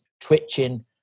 twitching